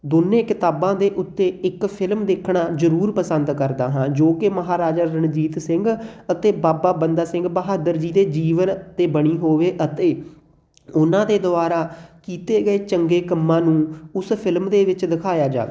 ਦੋਨੇ ਕਿਤਾਬਾਂ ਦੇ ਉੱਤੇ ਇੱਕ ਫਿਲਮ ਦੇਖਣਾ ਜ਼ਰੂਰ ਪਸੰਦ ਕਰਦਾ ਹਾਂ ਜੋ ਕਿ ਮਹਾਰਾਜਾ ਰਣਜੀਤ ਸਿੰਘ ਅਤੇ ਬਾਬਾ ਬੰਦਾ ਸਿੰਘ ਬਹਾਦਰ ਜੀ ਦੇ ਜੀਵਨ 'ਤੇ ਬਣੀ ਹੋਵੇ ਅਤੇ ਉਹਨਾਂ ਦੇ ਦੁਆਰਾ ਕੀਤੇ ਗਏ ਚੰਗੇ ਕੰਮਾਂ ਨੂੰ ਉਸ ਫਿਲਮ ਦੇ ਵਿੱਚ ਦਿਖਾਇਆ ਜਾਵੇ